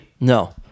No